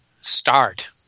start